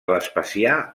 vespasià